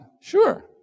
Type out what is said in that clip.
Sure